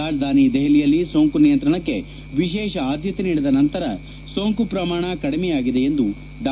ರಾಜಧಾನಿ ದೆಹಲಿಯಲ್ಲಿ ಸೋಂಕು ನಿಯಂತ್ರಣಕ್ಕೆ ವಿಶೇಷ ಆದ್ಲತೆ ನೀಡಿದ ನಂತರ ಸೋಂಕು ಪ್ರಮಾಣ ಕಡಿಮೆಯಾಗಿದೆ ಎಂದು ಡಾ